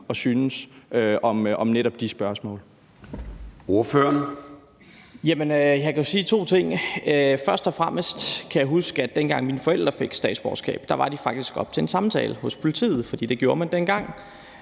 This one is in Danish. Ordføreren. Kl. 10:31 Mohammad Rona (M): Jeg kan sige to ting. Først og fremmest kan jeg huske, at dengang mine forældre fik statsborgerskab, var de faktisk oppe til en samtale hos politiet, for det gjorde man dengang,